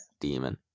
demon